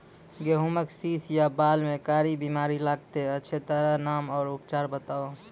गेहूँमक शीश या बाल म कारी बीमारी लागतै अछि तकर नाम आ उपचार बताउ?